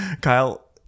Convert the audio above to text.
Kyle